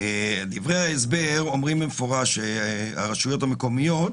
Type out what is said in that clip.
בדברי ההסבר נאמר במפורש שהרשויות המקומיות